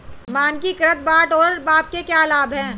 मानकीकृत बाट और माप के क्या लाभ हैं?